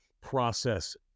process